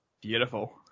Beautiful